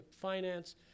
finance